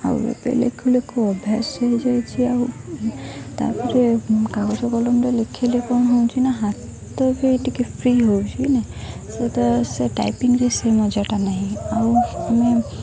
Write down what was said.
ଆଉ ଏବେ ଲେଖୁ ଲେଖୁ ଅଭ୍ୟାସ ହୋଇଯାଇଛି ଆଉ ତାପରେ କାଗଜ କଲମରେ ଲେଖେଇଲେ କ'ଣ ହେଉଛି ନା ହାତ ତ ବି ଟିକେ ଫ୍ରି ହେଉଛି ନା ସେ ତ ସେ ଟାଇପିଂରେ ସେ ମଜାଟା ନାହିଁ ଆଉ ଆମେ